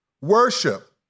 worship